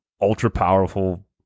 ultra-powerful